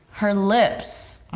her lips,